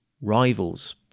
rivals